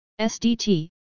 SDT